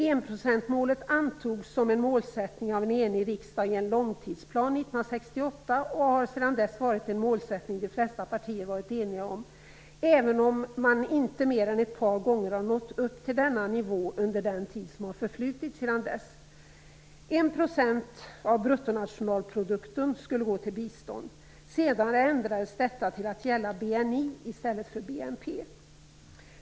Enprocentsmålet antogs som en målsättning av en enig riksdag i en långtidsplan 1968 och har sedan dess varit en målsättning som de flesta partier har varit eniga om, även om man inte mer än ett par gånger har nått upp till denna nivå under den tid som har förflutit sedan dess. En procent av bruttonationalprodukten skulle gå till bistånd. Senare ändrades detta till att gälla BNI i stället för BNP.